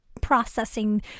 processing